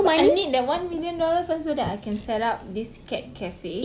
I need that one million dollar first so that I can set up this cat cafe